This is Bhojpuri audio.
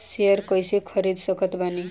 शेयर कइसे खरीद सकत बानी?